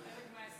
זה חלק מההסכם,